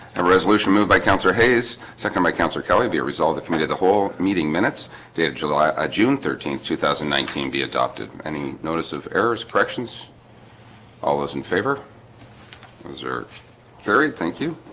a resolution moved by councillor hayes second by councillor kelly be a result the committee of the whole meeting minutes day of july a june thirteenth two thousand and nine teen be adopted any notice of errors corrections all those in favor deserve very thank you